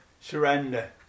surrender